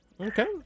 Okay